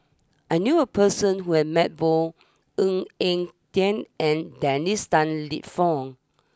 I knew a person who has met both Ng Eng Teng and Dennis Tan Lip Fong